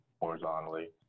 horizontally